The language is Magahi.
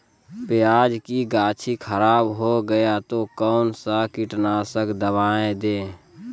प्याज की गाछी खराब हो गया तो कौन सा कीटनाशक दवाएं दे?